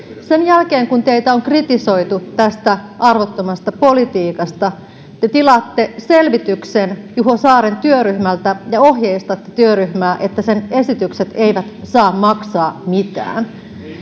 sen jälkeen kun teitä on kritisoitu tästä arvottomasta politiikasta te tilaatte selvityksen juho saaren työryhmältä ja ohjeistatte työryhmää että sen esitykset eivät saa maksaa mitään